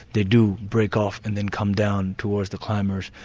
they do break off and then come down towards the climbers.